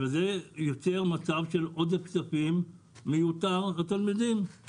וזה יוצר מצב של עודף כספים מיותר לתלמידים.